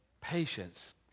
Patience